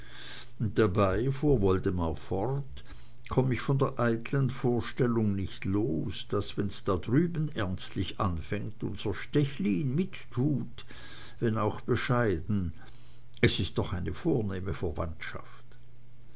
dabei fuhr woldemar fort komm ich von der eiteln vorstellung nicht los daß wenn's da drüben ernstlich anfängt unser stechlin mittut wenn auch bescheiden es ist doch eine vornehme verwandtschaft